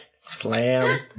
slam